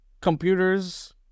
computers